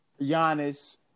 Giannis